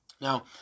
Now